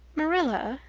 marilla,